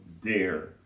dare